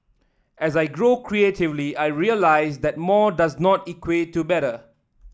as I grow creatively I realise that more does not equate to better